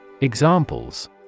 Examples